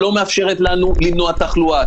שלא מאפשר לנו למנוע תחלואה.